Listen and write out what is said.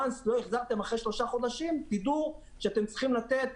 לא עשיתם זאת - תדעו שאתם צריכים לתת,